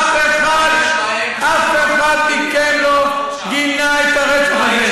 אף אחד, אף אחד מכם לא גינה את הרצח.